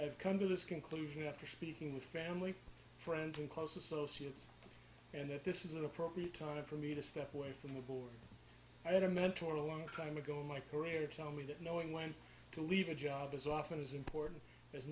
i've come to this conclusion after speaking with family friends and close associates and that this is an appropriate time for me to step away from the board i had a mentor a long time ago in my career tell me that knowing when to leave a job as often as important as